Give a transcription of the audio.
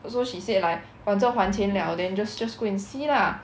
so she said like 反正还钱了 then just just go and see lah